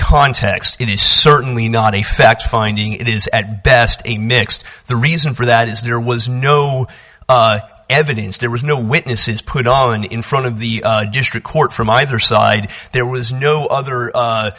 context it is certainly not a fact finding it is at best a mixed the reason for that is there was no evidence there was no witnesses put on in front of the district court from either side there was no other